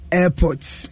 airports